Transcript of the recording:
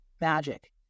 magic